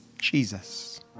Jesus